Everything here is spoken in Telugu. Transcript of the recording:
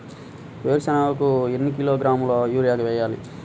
వేరుశనగకు ఎన్ని కిలోగ్రాముల యూరియా వేయాలి?